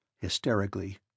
hysterically